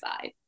side